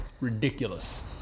ridiculous